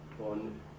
on